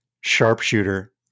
sharpshooter